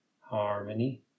harmony